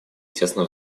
тесно